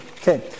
Okay